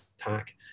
attack